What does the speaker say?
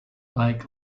like